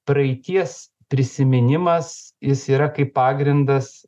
praeities prisiminimas jis yra kaip pagrindas